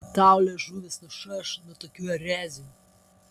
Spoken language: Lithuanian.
tau liežuvis nušaš nuo tokių erezijų